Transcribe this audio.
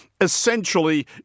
essentially